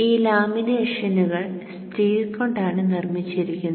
ഈ ലാമിനേഷനുകൾ സ്റ്റീൽ കൊണ്ടാണ് നിർമ്മിച്ചിരിക്കുന്നത്